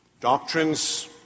doctrines